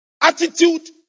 attitude